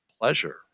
pleasure